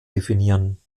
definieren